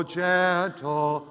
gentle